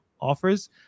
offers